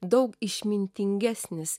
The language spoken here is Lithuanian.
daug išmintingesnis